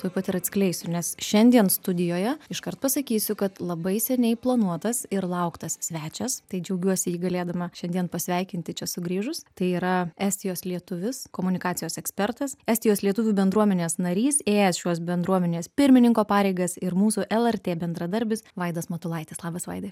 tuoj pat ir atskleisiu nes šiandien studijoje iškart pasakysiu kad labai seniai planuotas ir lauktas svečias tai džiaugiuosi jį galėdama šiandien pasveikinti čia sugrįžus tai yra estijos lietuvis komunikacijos ekspertas estijos lietuvių bendruomenės narys ėjęs šios bendruomenės pirmininko pareigas ir mūsų lrt bendradarbis vaidas matulaitis labas vaidai